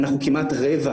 המטרה היא אחרת,